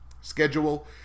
schedule